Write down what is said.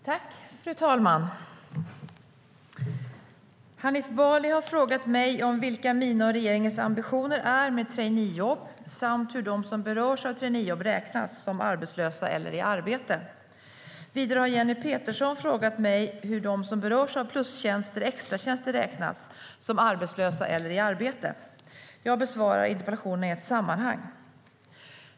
Fru talman! Hanif Bali har frågat mig vilka mina och regeringens ambitioner är med traineejobb samt hur de som berörs av traineejobb räknas. Räknas de som arbetslösa eller i arbete? Vidare har även Jenny Petersson frågat mig hur de som berörs av plustjänster eller extratjänster räknas. Räknas de som arbetslösa eller i arbete? Jag besvarar interpellationerna i ett sammanhang.